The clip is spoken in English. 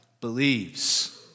Believes